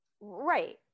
Right